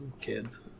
Kids